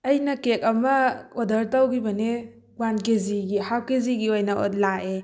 ꯑꯩꯅ ꯀꯦꯛ ꯑꯃ ꯑꯣꯗꯔ ꯇꯧꯈꯤꯕꯅꯦ ꯋꯥꯟ ꯀꯦꯖꯤꯒꯤ ꯍꯥꯞ ꯀꯦꯖꯤꯒꯤ ꯑꯣꯏꯅ ꯂꯥꯛꯑꯦ